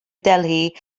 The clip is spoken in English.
delhi